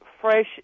fresh